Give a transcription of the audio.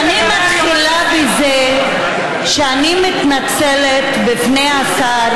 אני מתחילה בזה שאני מתנצלת בפני השר